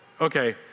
Okay